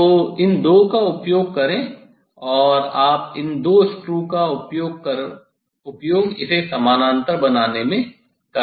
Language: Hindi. तो इन दो का उपयोग करें और आप इन दो स्क्रू का उपयोग इसे समानांतर बनाने में करते हैं